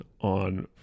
on